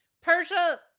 Persia